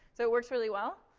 so it works really well.